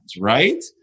Right